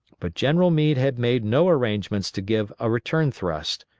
but general meade had made no arrangements to give a return thrust.